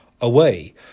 away